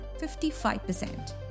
55%